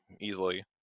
easily